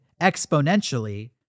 exponentially